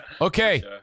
Okay